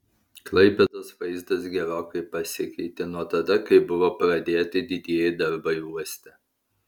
klaipėdos vaizdas gerokai pasikeitė nuo tada kai buvo pradėti didieji darbai uoste